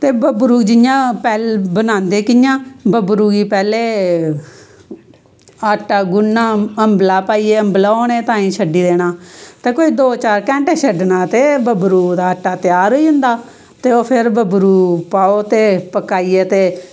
ते बबरू जियां बनांदे कियां बब्बरू गी पैह्ले आटा गुन्नना अम्बला पाईयै अम्बला होने ताईं छड्डी देना ते कोई दो चार घैंटे छड्डना ते बब्बरू दा आटा त्यार होई जंदा ते ओह् फिर बब्बरू पाओ ते पकाइयै ते